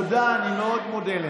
אני מבקש,